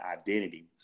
identity